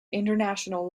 international